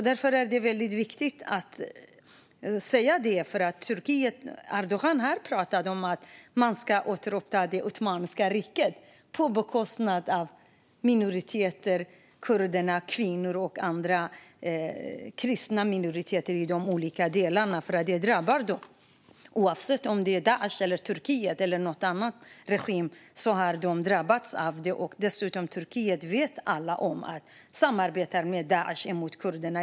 Det är väldigt viktigt att säga det, för Erdogan har pratat om att man ska återupprätta det Osmanska riket på bekostnad av minoriteter, kurderna, kvinnor och kristna minoriteter i de olika delarna. Det drabbar dem. Oavsett om det är Daish eller Turkiet eller någon annan regim har de drabbats av detta. Dessutom vet alla om att Turkiet samarbetar med Daish mot kurderna.